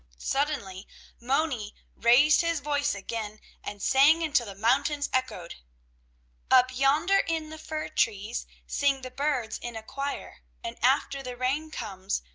suddenly moni raised his voice again and sang until the mountains echoed up yonder in the fir trees sing the birds in a choir, and after the rain comes,